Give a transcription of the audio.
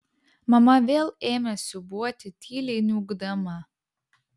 mama vėl ėmė siūbuoti tyliai niūkdama